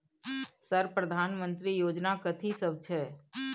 Sir प्रधानमंत्री योजना कथि सब छै?